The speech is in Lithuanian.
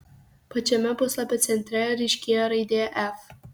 pačiame puslapio centre ryškėjo raidė f